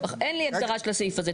אין לי הגדרה של הסעיף הזה.